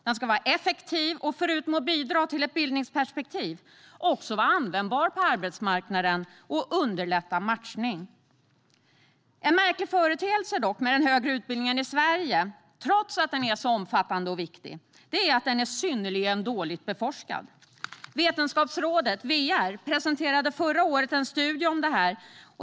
Den ska också vara effektiv, och förutom att bidra till ett bildningsperspektiv ska den vara användbar på arbetsmarknaden och underlätta matchning. En märklig företeelse när det gäller den högre utbildningen i Sverige är att den, trots att den är omfattande och viktig, är synnerligen dåligt beforskad. Vetenskapsrådet, VR, presenterade förra året en studie om detta.